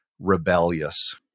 rebellious